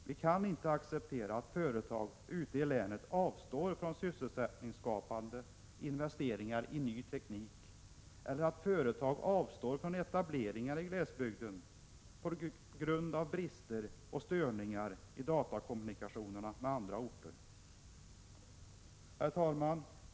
Vi kan inte acceptera att företag ute i länet avstår från sysselsättningsskapande investeringar i ny teknik eller att företag avstår från etableringar i glesbygden på grund av brister och störningar i datakommunikationerna med andra orter. Herr talman!